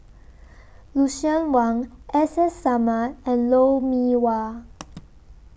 Lucien Wang S S Sarma and Lou Mee Wah